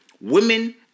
Women